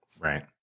Right